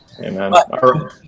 Amen